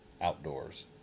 Outdoors